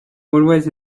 always